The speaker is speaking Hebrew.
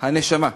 הנשמה.